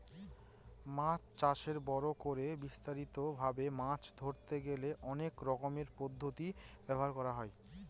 মাছ চাষে বড় করে বিস্তারিত ভাবে মাছ ধরতে গেলে অনেক রকমের পদ্ধতি ব্যবহার করা হয়